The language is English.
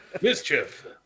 mischief